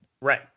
Right